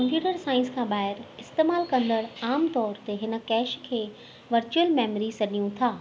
computer science खां बा॒हिरि इस्तेमालु कंदड़ आम तौर ते हिन कैश खे वर्चुअल मेमोरी सॾियूं था